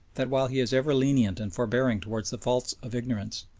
that while he is ever lenient and forbearing towards the faults of ignorance,